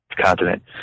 continent